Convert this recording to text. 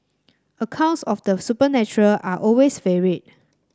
accounts of the supernatural are always varied